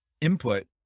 input